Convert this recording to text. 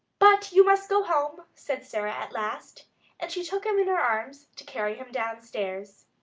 but you must go home, said sara at last and she took him in her arms to carry him downstairs.